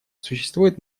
существует